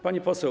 Pani Poseł!